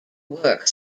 work